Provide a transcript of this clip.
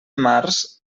març